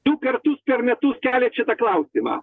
du kartus per metus kelia čia tą klausimą